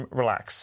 relax